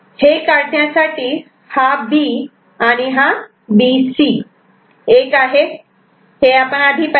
हे काढण्यासाठी हा B आणि B C '1' आहे हे आपण आधी पाहिले